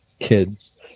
kids